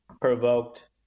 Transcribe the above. provoked